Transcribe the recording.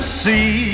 see